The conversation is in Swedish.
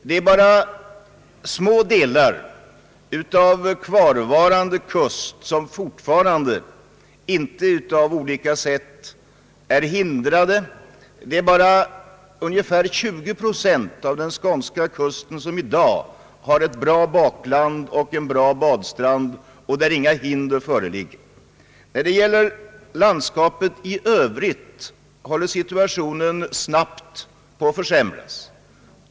Det är bara små delar av kvarvarande kust som fortfarande inte av olika skäl är oåtkomliga. Endast ungefär 20 procent av den skånska kusten har i dag ett bra bakland och en bra badstrand, där inga hinder föreligger. När det gäller landskapet i övrigt håller situationen snabbt på att försämras.